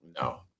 No